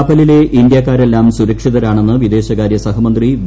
കപ്പലിലെ ഇന്ത്യക്കാരെല്ലാം സുരക്ഷിതരാണെന്ന് വിദേശുകാര്യ സഹമന്ത്രി വി